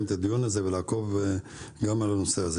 את הדיון הזה ולעקוב גם על הנושא הזה.